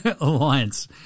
Alliance